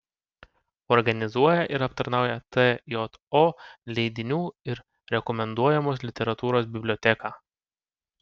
organizuoja ir aptarnauja tjo leidinių ir rekomenduojamos literatūros biblioteką